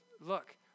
look